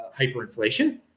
hyperinflation